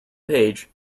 page